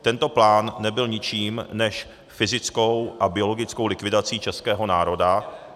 Tento plán nebyl ničím než fyzickou a biologickou likvidací českého národa.